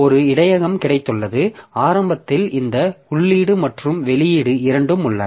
ஒரு இடையகம் கிடைத்துள்ளது ஆரம்பத்தில் இந்த உள்ளீடு மற்றும் வெளியீடு இரண்டும் உள்ளன